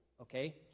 okay